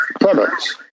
products